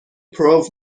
پرو